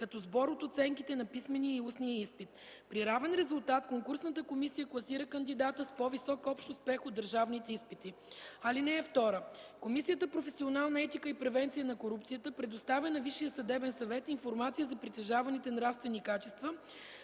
като сбор от оценките на писмения и устния изпит. При равен резултат конкурсната комисия класира кандидата с по–висок общ успех от държавните изпити. (2) Комисията „Професионална етика и превенция на корупцията” предоставя на Висшия съдебен съвет информация за притежаваните нравствени качества